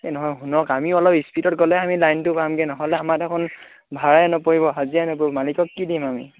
এই নহয় শুনক আমি অলপ স্পীডত গ'লে হে আমি লাইনটো পামগৈ নহ'লে আমাৰ দেখোন ভাড়াই নপৰিব হাজিয়াই নপৰিব মালিকক কি দিম আমি